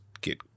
get